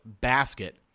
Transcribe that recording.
basket